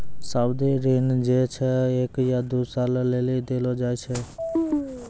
सावधि ऋण जे छै एक या दु सालो लेली देलो जाय छै